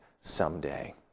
someday